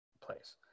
place